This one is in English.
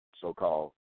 so-called